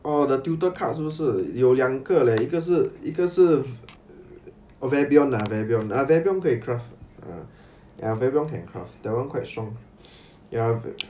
orh the tutor 好像是有两个 leh 一个是一个是 vabion ah vabion ah vabion 可以 craft mm ya vabion that one quite strong ya